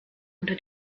unter